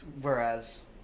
Whereas